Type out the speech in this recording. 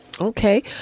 Okay